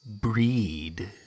...breed